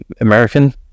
american